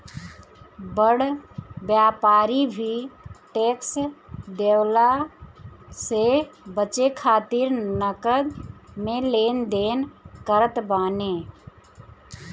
बड़ व्यापारी भी टेक्स देवला से बचे खातिर नगद में लेन देन करत बाने